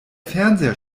fernseher